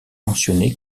mentionné